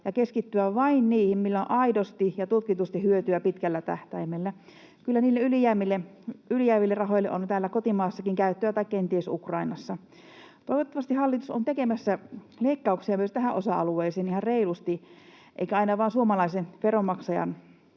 ja keskittyä vain niihin, millä on aidosti ja tutkitusti hyötyä pitkällä tähtäimellä. Kyllä niille ylijääville rahoille on täällä kotimaassakin käyttöä tai kenties Ukrainassa. Toivottavasti hallitus on tekemässä leikkauksia myös tähän osa-alueeseen ihan reilusti, eikä aina vain suomalaiseen veronmaksajaan